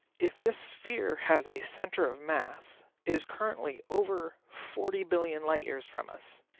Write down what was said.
if this sphere has a center of mass, it is currently over forty billion light-years from us,